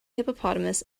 hippopotamus